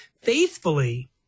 faithfully